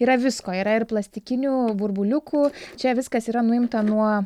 yra visko yra ir plastikinių burbuliukų čia viskas yra nuimta nuo